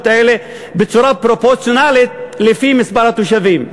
האלה בצורה פרופורציונלית לפי מספר התושבים.